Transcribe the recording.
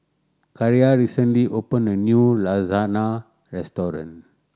Kiarra recently opened a new Lasagna Restaurant